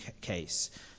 case